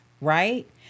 Right